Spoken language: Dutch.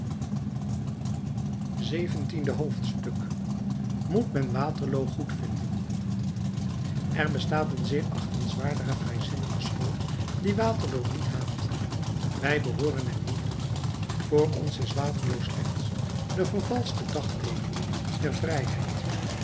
zeventiende hoofdstuk moet men waterloo goedvinden er bestaat een zeer achtenswaardige vrijzinnige school die waterloo niet haat wij behooren er niet toe voor ons is waterloo slechts de vervalschte dagteekening der vrijheid